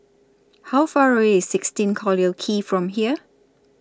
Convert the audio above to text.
How Far away IS sixteen Collyer Quay from here